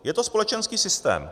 Je to společenský systém.